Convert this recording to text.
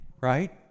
Right